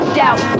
doubt